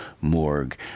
morgue